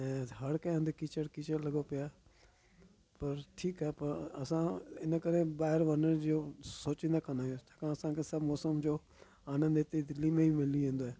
ऐं हर कंहिं अंधि किचड़ किचड़ लॻो पियो आहे पर ठीकु आहे पर असां इन करे ॿाहिरि वञण जो सोचिंदा कानि आहियूं अॼु तक असांखे सभु मौसम जो आनंदु हिते दिल्ली में ई मिली वेंदो आहे